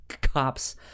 cops